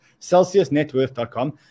Celsiusnetworth.com